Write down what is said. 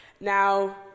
Now